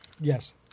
yes